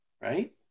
Right